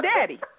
daddy